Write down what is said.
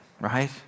right